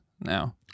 now